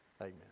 amen